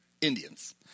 Indians